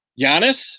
Giannis